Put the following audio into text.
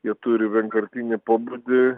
jie turi vienkartinį pobūdį